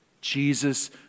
Jesus